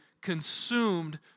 consumed